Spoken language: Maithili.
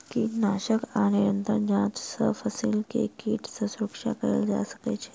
कीटनाशक आ निरंतर जांच सॅ फसिल के कीट सॅ सुरक्षा कयल जा सकै छै